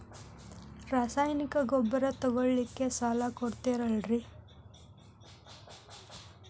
ರಾಸಾಯನಿಕ ಗೊಬ್ಬರ ತಗೊಳ್ಳಿಕ್ಕೆ ಸಾಲ ಕೊಡ್ತೇರಲ್ರೇ?